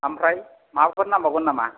आमफ्राय माबाफोर नांबावगोन नामा